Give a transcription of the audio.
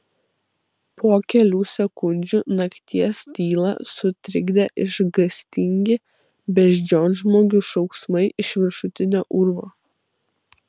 po kelių sekundžių nakties tylą sutrikdė išgąstingi beždžionžmogių šauksmai iš viršutinio urvo